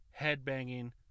headbanging